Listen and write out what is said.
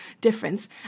difference